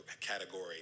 category